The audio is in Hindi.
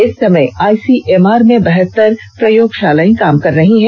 इस समय आईसीएमआर में बहत्तर प्रयोगशालाएं काम कर रही हैं